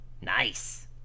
nice